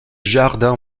jardins